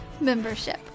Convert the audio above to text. Membership